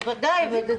בוודאי.